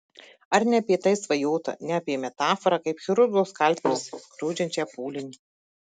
ar ne apie tai svajota ne apie metaforą kaip chirurgo skalpelis skrodžiančią pūlinį